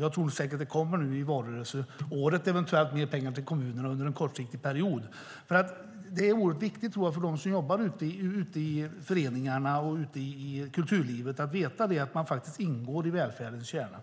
Jag tror säkert att det under valåret kommer mer pengar till kommunerna under en kortsiktig period, men jag tror att det är oerhört viktigt för dem som jobbar ute i föreningarna och ute i kulturlivet att veta att man faktiskt ingår i välfärdens kärna.